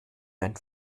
dein